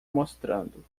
mostrando